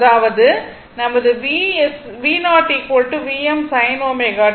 அதாவது நமது v Vm sin ω t